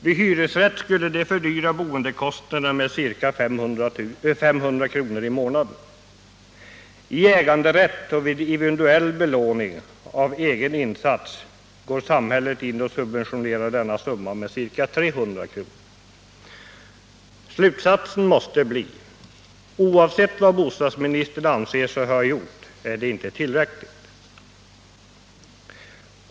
Vid hyresrätt skulle det fördyra boendekostnaderna med ca 500 kr. i månaden. Vid äganderätt och vid individuell belåning av egen insats går samhället in och subventionerar denna summa med ca 300 kr. Slutsatsen måste bli: Oavsett vad bostadsministern anser sig ha gjort är det inte tillräckligt.